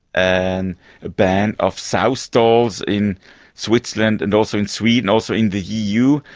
and a ban of sow stalls in switzerland and also in sweden, also in the eu.